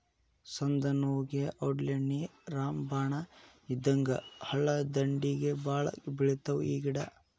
ಸಂದನೋವುಗೆ ಔಡ್ಲೇಣ್ಣಿ ರಾಮಬಾಣ ಇದ್ದಂಗ ಹಳ್ಳದಂಡ್ಡಿಗೆ ಬಾಳ ಬೆಳಿತಾವ ಈ ಗಿಡಾ